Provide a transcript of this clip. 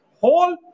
whole